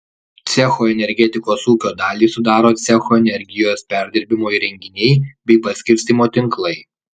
cecho energetikos ūkio dalį sudaro cecho energijos perdirbimo įrenginiai bei paskirstymo tinklai